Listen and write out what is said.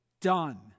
done